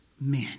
men